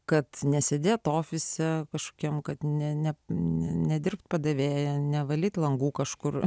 kad nesėdėtų ofise kažkokiam kad ne ne nedirbti padavėja nevalyti langų kažkur